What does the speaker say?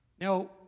Now